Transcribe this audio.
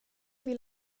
vill